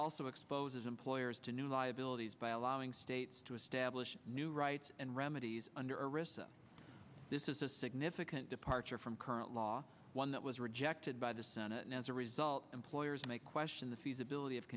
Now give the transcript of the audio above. also exposes employers to new liabilities by allowing states to establish new rights and remedies under arista this is a significant departure from current law one that was rejected by the senate and as a result employers may question the feasibility of